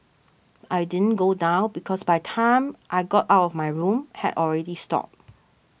I didn't go down because by time I got out of my room had already stopped